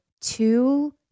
two